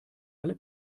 alle